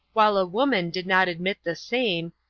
while a woman did not admit the same,